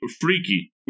freaky